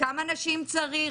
כמה אנשים צריך,